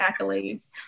accolades